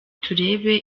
turebe